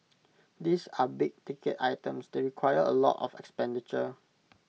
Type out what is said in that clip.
these are big ticket items they require A lot of expenditure